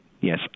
yes